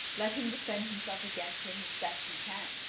let him defend himself against him as best he can,